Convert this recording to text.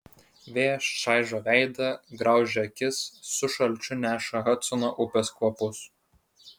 vėjas čaižo veidą graužia akis su šalčiu neša hadsono upės kvapus